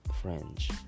French